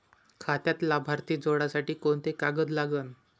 खात्यात लाभार्थी जोडासाठी कोंते कागद लागन?